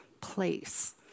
place